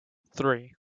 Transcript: three